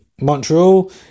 Montreal